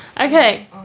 Okay